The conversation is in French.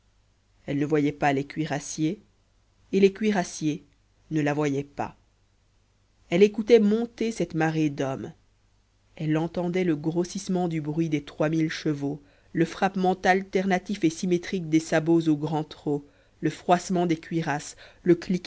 elle ne voyait pas les cuirassiers et les cuirassiers ne la voyaient pas elle écoutait monter cette marée d'hommes elle entendait le grossissement du bruit des trois mille chevaux le frappement alternatif et symétrique des sabots au grand trot le froissement des cuirasses le